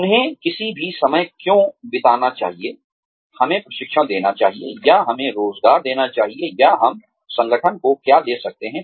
उन्हें किसी भी समय क्यों बिताना चाहिए हमें प्रशिक्षण देना चाहिए या हमें रोज़गार देना चाहिए या हम संगठन को क्या दे सकते हैं